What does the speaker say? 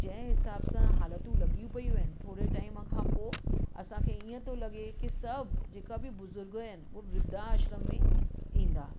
जंहिं हिसाब सां हालतूं लॻियूं पियूं आहिनि थोरे टाइम खां पोइ असांखे ईअं थो लॻे की सभु जेका बि बुज़ुर्ग आहिनि उहे वृद्धाश्रम में ईंदा